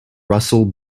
russell